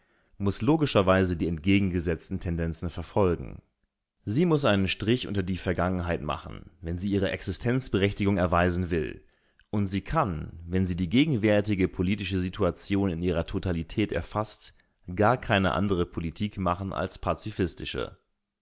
muß logischerweise die entgegengesetzten tendenzen verfolgen sie muß einen strich unter die vergangenheit machen wenn sie ihre existenzberechtigung erweisen will und sie kann wenn sie die gegenwärtige politische situation in ihrer totalität erfaßt gar keine andere politik machen als pazifistische